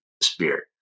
Spirit